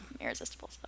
irresistible